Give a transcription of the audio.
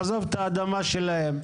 לעזוב את האדמה שלהם,